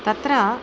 तत्र